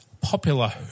popular